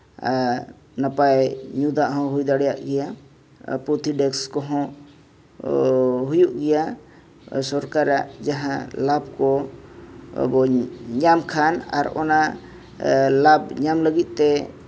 ᱟᱨ ᱱᱟᱯᱟᱭ ᱧᱩ ᱫᱟᱜ ᱦᱚᱸ ᱦᱩᱭ ᱫᱟᱲᱮᱭᱟᱜ ᱜᱮᱭᱟ ᱟᱨ ᱯᱩᱛᱷᱤ ᱰᱮᱹᱥᱠ ᱠᱚ ᱦᱚᱸ ᱦᱩᱭᱩᱜ ᱜᱮᱭᱟ ᱥᱚᱨᱠᱟᱨᱟᱜ ᱡᱟᱦᱟᱸ ᱞᱟᱵᱷ ᱠᱚ ᱵᱚᱱ ᱧᱟᱢ ᱠᱷᱟᱱ ᱚᱱᱟ ᱞᱟᱵᱷ ᱧᱟᱢ ᱞᱟᱹᱜᱤᱫᱛᱮ